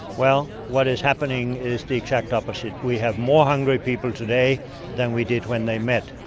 well, what is happening is the exact opposite we have more hungry people today than we did when they met,